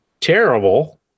terrible